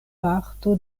parto